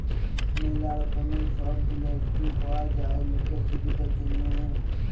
ম্যালা রকমের সব গুলা স্কিম পাওয়া যায় লকের সুবিধার জনহ